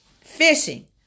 fishing